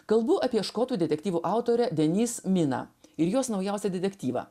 kalbų apie škotų detektyvų autorę denis miną ir jos naujausią detektyvą